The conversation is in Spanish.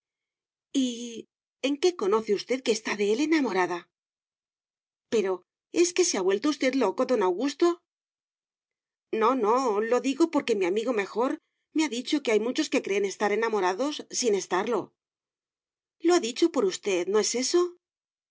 en qué conoce usted que está de él enamorada pero es que se ha vuelto usted loco don augusto no no lo digo porque mi amigo mejor me ha dicho que hay muchos que creen estar enamorados sin estarlo lo ha dicho por usted no es eso